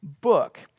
book